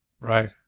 right